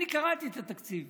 אני קראתי את התקציב